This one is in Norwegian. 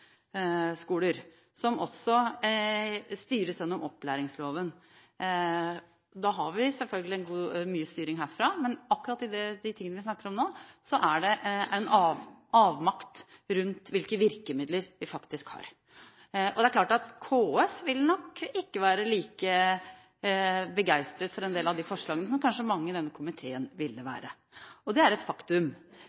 styres også gjennom opplæringsloven. Da har vi selvfølgelig mye styring herfra, men akkurat i de tingene vi snakker om nå, er det en avmakt rundt hvilke virkemidler vi faktisk har. Det er klart at KS nok ikke vil være like begeistret for en del av disse forslagene som kanskje mange i denne komiteen ville